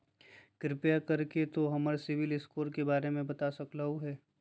कृपया कर के तों हमर सिबिल स्कोर के बारे में बता सकलो हें?